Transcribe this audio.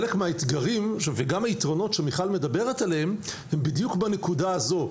חלק מהאתגרים וגם מהיתרונות שמיכל מדברת עליהם הם בדיוק בנקודה הזו.